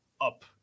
up